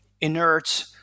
inert